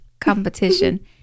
Competition